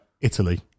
Italy